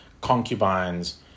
concubines